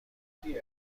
تطبیق